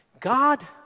God